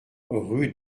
rue